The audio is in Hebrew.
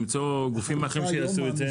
למצוא גופים אחרים שיעשו את זה.